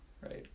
right